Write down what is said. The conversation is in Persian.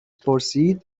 پرسید